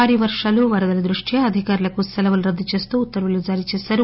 భారీ వర్షాలు వరదల దృష్ట్యా అధికారులకు సెలవులు రద్దు చేస్తూ ఉత్తర్వులు జారీ చేశారు